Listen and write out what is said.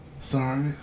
Sorry